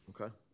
Okay